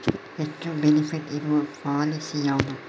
ಹೆಚ್ಚು ಬೆನಿಫಿಟ್ ಇರುವ ಪಾಲಿಸಿ ಯಾವುದು?